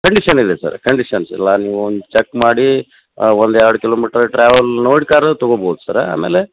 condition ಇದೆ sir conditions ಎಲ್ಲ ನೀವು ಚೆಕ್ ಮಾಡಿ ಒಂದು ಎರಡು ಕಿಲೋಮೀಟ್ರು ಟ್ರಾವೆಲ್ ನೋಡಿ ಕಾರು ತಗೋಬೋದು ಸರ ಆಮೇಲೆ